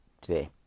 today